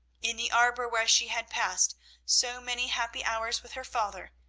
in the arbour where she had passed so many happy hours with her father,